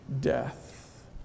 death